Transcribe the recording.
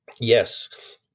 yes